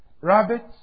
rabbits